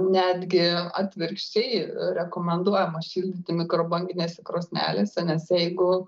netgi atvirkščiai rekomenduojama šildyti mikrobanginėse krosnelėse nes jeigu